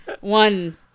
one